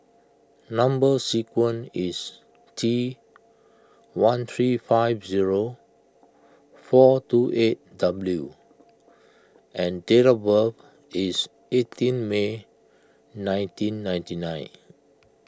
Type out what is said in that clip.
Number Sequence is T one three five zero four two eight W and date of birth is eighteen May nineteen ninety nine